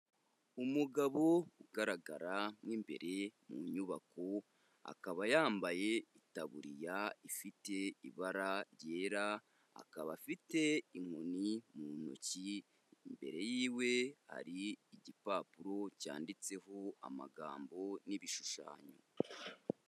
Umugabo ugaragara mu imbere mu nyubako, akaba yambaye itaburiya ifite ibara ryera ,akaba afite inkoni mu ntoki, mbere yiwe, hari igipapuro cyanditseho amagambo n'ibishushanyo.